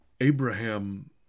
Abraham